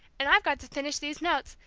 and i've got to finish these notes,